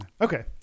Okay